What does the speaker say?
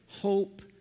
hope